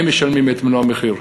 הם משלמים את מלוא המחיר.